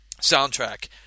soundtrack